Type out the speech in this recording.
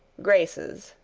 graces,